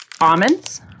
almonds